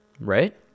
Right